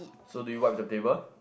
so do you wipe with the table